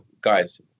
guys